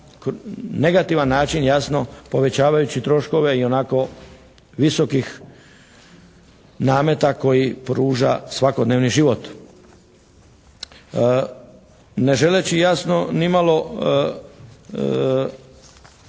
negativan način, jasno povećavajući troškove ionako visokih nameta koji pruža svakodnevni život. Ne želeći jasno nimalo